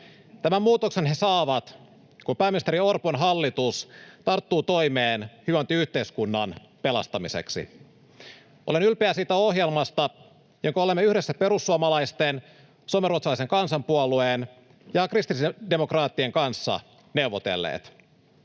Tämän muutoksen he saavat, kun pääministeri Orpon hallitus tarttuu toimeen hyvinvointiyhteiskunnan pelastamiseksi. Olen ylpeä siitä ohjelmasta, jonka olemme yhdessä perussuomalaisten, Suomen ruotsalaisen kansanpuolueen ja kristillisdemokraattien kanssa neuvotelleet.